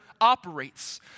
operates